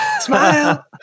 Smile